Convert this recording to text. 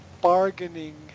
bargaining